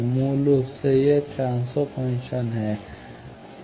मूल रूप से यह एक ट्रांसफर फ़ंक्शन है